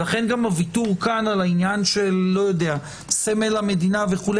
גם הוויתור כאן של סמל המדינה וכו',